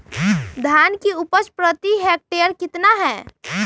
धान की उपज प्रति हेक्टेयर कितना है?